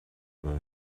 буй